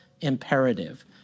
imperative